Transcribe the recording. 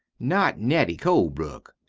not nettie colebrook?